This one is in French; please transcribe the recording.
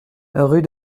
rue